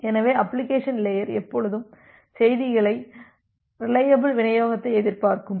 எனவே application layer எப்போதும் செய்திகளின் ரிலையபில் விநியோகத்தை எதிர்பார்க்கும்